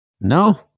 No